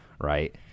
right